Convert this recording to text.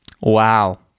Wow